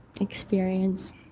experience